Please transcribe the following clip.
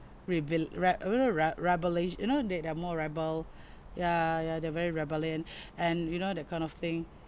rebel re~ you know reb~ rebelling you know they they are more rebel ya ya they are very rebellion and you know that kind of thing